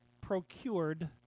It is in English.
procured